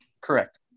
Correct